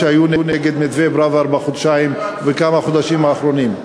שהיו נגד מתווה פראוור בכמה החודשים האחרונים.